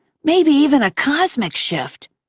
maybe even a cosmic shift.